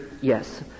yes